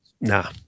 Nah